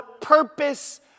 purpose